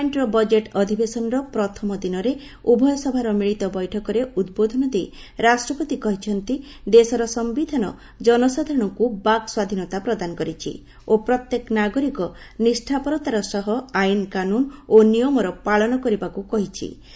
ପାର୍ଲାମେଣ୍ଟର ବଜେଟ୍ ଅଧିବେଶନର ପ୍ରଥମ ଦିନରେ ଉଭୟ ସଭାର ମିଳିତ ବୈଠକରେ ଉଦ୍ବୋଧନ ଦେଇ ରାଷ୍ଟ୍ରପତି କହିଛନ୍ତି ଦେଶର ସମ୍ବିଧାନ ଜନସାଧାରଣଙ୍କୁ ବାକ୍ ସ୍ୱାଧୀନତା ପ୍ରଦାନ କରିଛି ଓ ପ୍ରତ୍ୟେକ ନାଗରିକ ନିଷ୍ଠାପରତାର ସହ ଆଇନ କାନୁନ୍ ଓ ନିୟମର ପାଳନ କରିବାକୁ କହିଛି